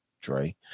Dre